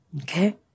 Okay